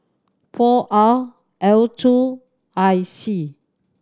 four R L two I C